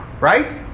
Right